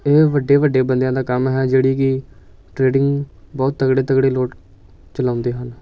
ਇਹ ਵੱਡੇ ਵੱਡੇ ਬੰਦਿਆਂ ਦਾ ਕੰਮ ਹੈ ਜਿਹੜੀ ਕਿ ਟ੍ਰੇਡਿੰਗ ਬਹੁਤ ਤਕੜੇ ਤਕੜੇ ਲੋਕ ਚਲਾਉਂਦੇ ਹਨ